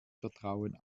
vertrauen